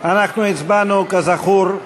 אנחנו הצבענו, כזכור,